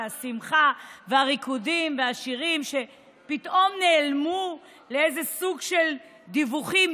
השמחה והריקודים והשירים שפתאום נעלמו לאיזה סוג של דיווחים,